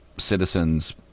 Citizens